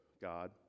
god